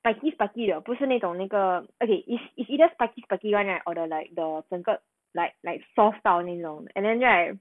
spiky spiky 的不是那种那个 okay it's it's either spiky spiky [one] lah or the like the 整个 like like soft 到那种 and then 就 right